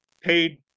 paid